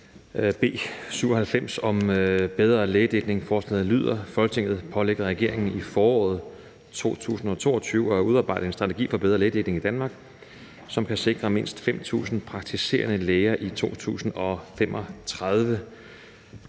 B 97 om bedre lægedækning. Og forslaget lyder: »Forslaget pålægger regeringen i foråret 2022 at udarbejde en strategi for bedre lægedækning i Danmark, som kan sikre mindst 5.000 praktiserende læger i 2035